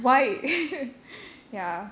y ya